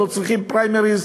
לא צריכים פריימריז,